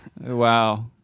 wow